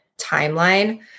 timeline